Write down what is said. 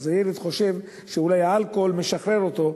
אז הילד חושב שאולי האלכוהול משחרר אותו,